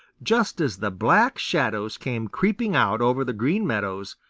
just as the black shadows came creeping out over the green meadows,